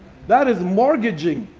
that is mortgaging,